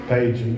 Page